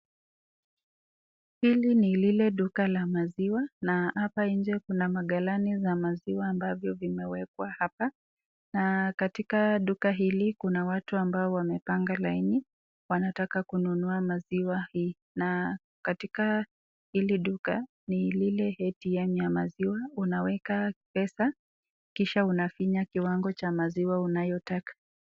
Hili ni lile duka la maziwa na hapa nje kuna magalani za maziwa ambavyo vimewekwa hapa na katika duka hili kuna watu ambao wamepanga laini wanataka kununua maziwa hii na katika hili duka ni lile ATM ya maziwa unaweka pesa kisha unafinya kiwango cha maziwa unayotaka.